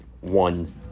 one